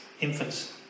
infants